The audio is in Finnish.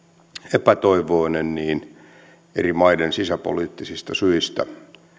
epätoivoinen eri maiden sisäpoliittisista syistä